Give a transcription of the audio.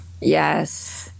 Yes